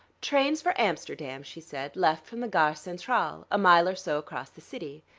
trains for amsterdam, she said, left from the gare centrale, a mile or so across the city.